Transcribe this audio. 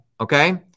okay